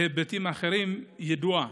בהיבטים אחרים ידועה.